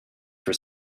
for